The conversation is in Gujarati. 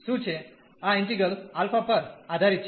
આ ઈન્ટિગ્રલ આલ્ફા પર આધારિત છે